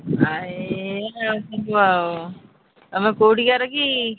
ଆଉ ଏ ସବୁ ଆସିବ ଆଉ ତୁମେ କେଉଁଠିକାର କି